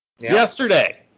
yesterday